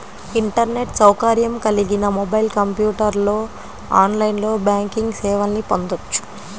internet సౌకర్యం కలిగిన mobile, కంప్యూటర్లో ఆన్లైన్ బ్యాంకింగ్ సేవల్ని పొందొచ్చు